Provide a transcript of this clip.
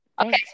okay